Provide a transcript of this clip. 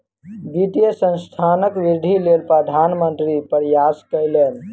वित्तीय संस्थानक वृद्धिक लेल प्रधान मंत्री प्रयास कयलैन